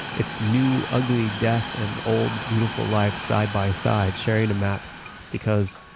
it's new, ugly death and old, beautiful life side by side, sharing a map because,